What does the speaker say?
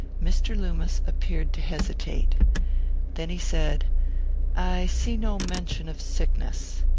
mr. loomis appeared to hesitate then he said i see no mention of sickness.